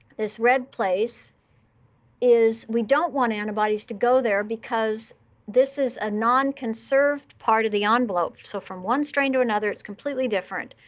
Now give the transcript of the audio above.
this red place is we don't want antibodies to go there. because this is a non-conserved part of the envelope. so from one strain to another, it's completely different.